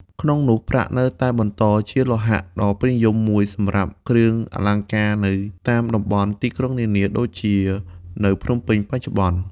ក្នងនោះ ប្រាក់នៅតែបន្តជាលោហៈដ៏ពេញនិយមមួយសម្រាប់គ្រឿងអលង្ការនៅតាមតំបន់ទីក្រុងនានា ដូចជានៅភ្នំពេញបច្ចុប្បន្ន។